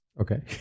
Okay